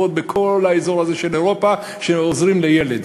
בכל האזור הזה של אירופה אנחנו המדינה שהכי פחות עוזרים בה לילד.